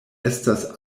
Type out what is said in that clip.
estas